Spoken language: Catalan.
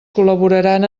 col·laboraran